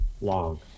long